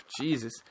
Jesus